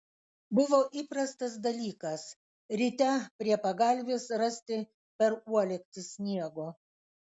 buvo įprastas dalykas ryte prie pagalvės rasti per uolektį sniego